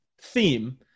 theme